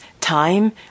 time